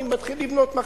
אני מתחיל לבנות מחר.